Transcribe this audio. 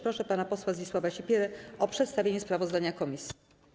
Proszę pana posła Zdzisława Sipierę o przedstawienie sprawozdania komisji.